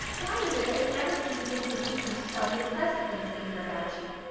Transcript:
why is it that they never seem to think it a duty to tell you the pleasant things they hear about you?